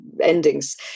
endings